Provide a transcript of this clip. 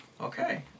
okay